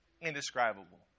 indescribable